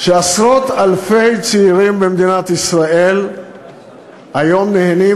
ועשרות אלפי צעירים במדינת ישראל היום נהנים